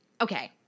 okay